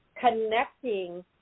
connecting